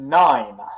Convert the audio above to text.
nine